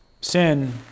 Sin